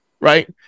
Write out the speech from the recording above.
Right